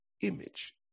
image